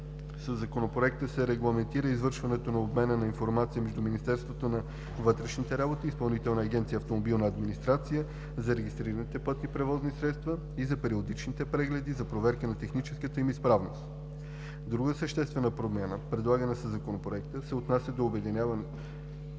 Със Законопроекта се регламентира извършването на обмена на информация между Министерството на вътрешните работи и Изпълнителна агенция „Автомобилна администрация“ за регистрираните пътни превозни средства и за периодичните прегледи за проверка на техническата им изправност. Друга съществена промяна, предлагана със Законопроекта, се отнася до обединяването